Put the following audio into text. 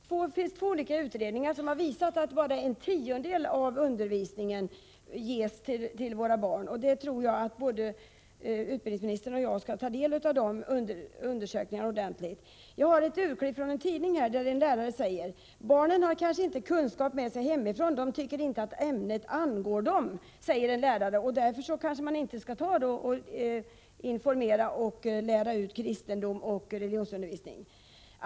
Herr talman! Det finns två olika utredningar som har visat att bara en tiondel av den avsedda undervisningen ges till våra barn, och jag tror att både statsrådet och jag bör ta del av dem ordentligt. Jag har här ett urklipp ur en tidning där en lärare säger: ”- Barnen har kanske inte kunskap med sig hemifrån, de tycker inte att ämnet angår dem.” Kanske det är därför man inte skall lära ut kristendom i religionsundervisningen.